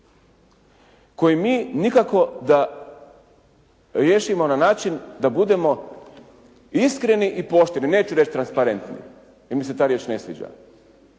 koji mi nikako da riješimo na način da budemo iskreni i pošteni. Neću reći transparentni, jer mi se ta riječ ne sviđa.